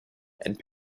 and